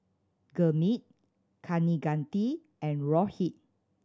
Gurmeet Kaneganti and Rohit